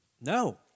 No